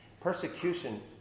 Persecution